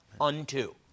unto